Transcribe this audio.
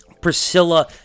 Priscilla